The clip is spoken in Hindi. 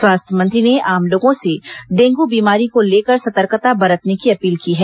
स्वास्थ्य मंत्री ने आम लोगों से डेंगू बीमारी को लेकर सतर्कता बरतने की अपील की है